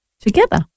Together